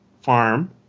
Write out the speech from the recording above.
farm